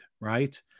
Right